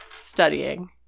studying